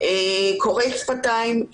קוראת שפתיים,